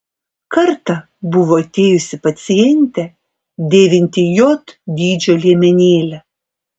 kartą buvo atėjusi pacientė dėvinti j dydžio liemenėlę